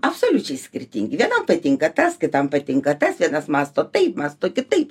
absoliučiai skirtingi vienam patinka tas kitam patinka tas vienas mąsto taip mąsto kitaip